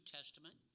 Testament